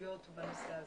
השותפויות בנושא הזה.